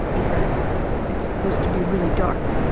he says it's supposed to be really dark.